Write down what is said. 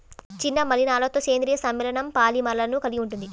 చిన్న మలినాలతోసేంద్రీయ సమ్మేళనంపాలిమర్లను కలిగి ఉంటుంది